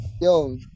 yo